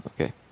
okay